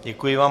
Děkuji vám.